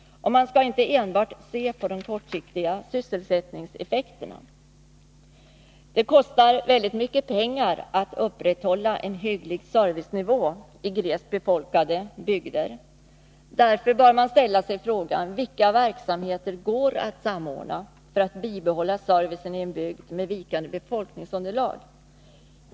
Man skall inte enbart se på de kortsiktiga sysselsättningeffekterna. Det kostar mycket pengar att upprätthålla en hygglig servicenivå i glest befolkade bygder. Därför bör man ställa sig frågan: Vilka verksamheter går att samordna för att bibehålla servicen i en bygd med vikande befolkningsunderlag?